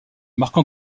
marque